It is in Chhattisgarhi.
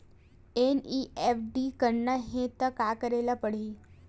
एन.ई.एफ.टी करना हे त का करे ल पड़हि?